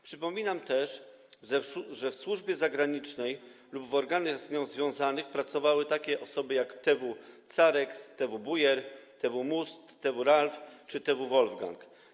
Przypominam też, że w służbie zagranicznej lub w organach z nią związanych pracowały takie osoby jak TW „Carex”, TW „Buyer”, TW „Must”, TW „Ralf” czy TW „Wolfgang”